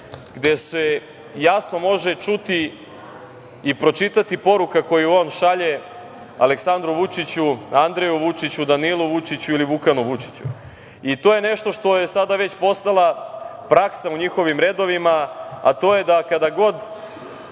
gde se jasno može čuti i pročitati poruku koju on šalje Aleksandru Vučiću, Andreju Vučiću, Danilu Vučiću ili Vukanu Vučiću. To je nešto što je sada već postala praksa u njihovim redovima, a to je da kada god